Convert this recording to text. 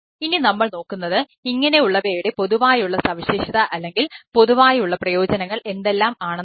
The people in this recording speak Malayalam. ഇനി നമ്മൾ നോക്കുന്നത് ഇങ്ങനെയുള്ളവയുടെ പൊതുവായുള്ള സവിശേഷത അല്ലെങ്കിൽ പൊതുവായുള്ള പ്രയോജനങ്ങൾ എന്തെല്ലാം ആണെന്നാണ്